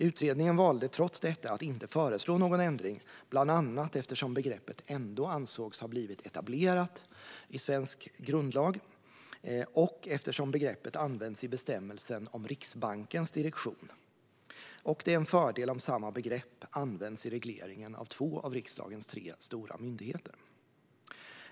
Utredningen valde trots detta att inte föreslå någon ändring, bland annat eftersom begreppet ändå ansågs ha blivit etablerat i svensk grundlag och eftersom begreppet används i bestämmelsen om Riksbankens direktion, och det är en fördel om samma begrepp används i regleringen av två av riksdagens tre stora myndigheter.